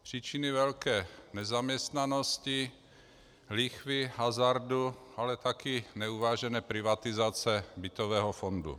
Příčiny velké nezaměstnanosti, lichvy, hazardu, ale také neuvážené privatizace bytového fondu.